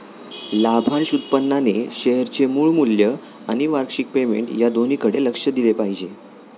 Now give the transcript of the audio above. लाभांश उत्पन्नाने शेअरचे मूळ मूल्य आणि वार्षिक पेमेंट या दोन्हीकडे लक्ष दिले पाहिजे